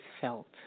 felt